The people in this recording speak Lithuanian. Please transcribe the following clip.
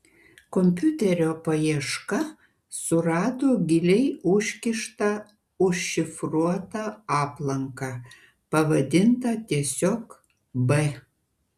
kompiuterio paieška surado giliai užkištą užšifruotą aplanką pavadintą tiesiog b